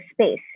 space